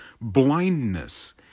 Blindness